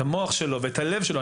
את המוח שלו ואת הלב שלו,